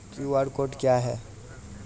QR code क्या है?